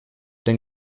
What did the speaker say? denn